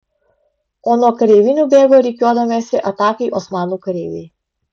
o nuo kareivinių bėgo rikiuodamiesi atakai osmanų kareiviai